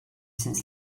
since